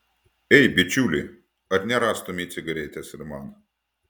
ei bičiuli ar nerastumei cigaretės ir man